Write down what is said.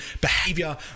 behavior